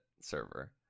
server